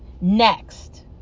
next